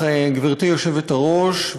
גברתי היושבת-ראש,